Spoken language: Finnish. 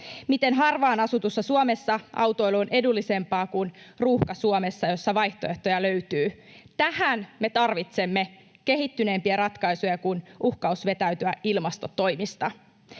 Miten harvaan asutussa Suomessa autoilu on edullisempaa kuin Ruuhka-Suomessa, jossa vaihtoehtoja löytyy? Tähän me tarvitsemme kehittyneempiä ratkaisuja kuin uhkaus vetäytyä ilmastotoimista.